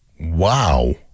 Wow